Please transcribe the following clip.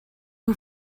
who